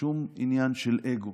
שום עניין של אגו,